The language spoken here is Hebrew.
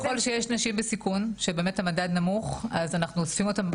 ככל שיש נשים בסיכון שהמדד נמוך אנחנו אוספים אותם,